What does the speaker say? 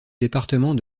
département